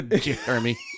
Jeremy